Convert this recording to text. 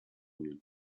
mit